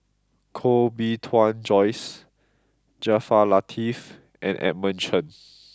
Koh Bee Tuan Joyce Jaafar Latiff and Edmund Chen